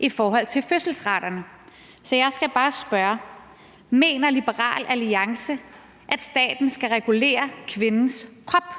i forhold til fødselsraten. Så jeg skal bare spørge, om Liberal Alliance mener, at staten skal regulere kvindens krop.